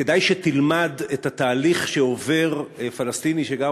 כדאי שתלמד את התהליך שעובר פלסטיני שגר